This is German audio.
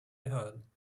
behörden